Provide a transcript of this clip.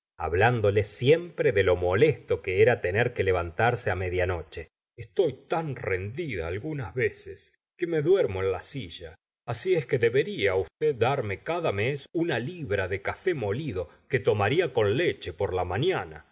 hablándole siempre de lo molesto que le era tener que levantarse media noche estoy tan rendida algunas veces que me duermo en la silla asi es que debería usted darme cada mes una libra de café molido que tomarla con leche por la mañana